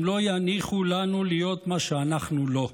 הם לא יניחו לנו להיות מה שאנחנו לא.